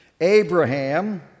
Abraham